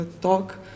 talk